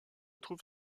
trouve